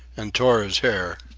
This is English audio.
and tore his hair.